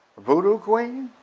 voodoo queen?